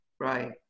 Right